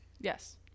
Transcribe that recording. yes